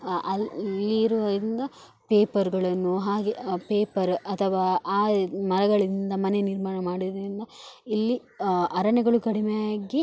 ಅಲ್ಲಿರುವ ಇಂದ ಪೇಪರುಗಳನ್ನು ಹಾಗೇ ಪೇಪರ್ ಅಥವಾ ಆ ಮರಗಳಿಂದ ಮನೆ ನಿರ್ಮಾಣ ಮಾಡಿದ್ರಿಂದ ಇಲ್ಲಿ ಅರಣ್ಯಗಳು ಕಡಿಮೆಯಾಗಿ